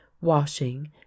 washing